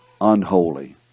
unholy